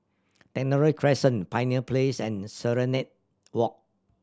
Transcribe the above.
Technology Crescent Pioneer Place and Serenade Walk